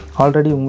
already